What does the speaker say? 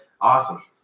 Awesome